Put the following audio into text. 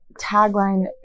tagline